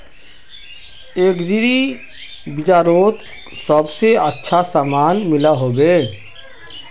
Agri बजारोत सबसे अच्छा सामान की मिलोहो होबे?